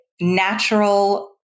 natural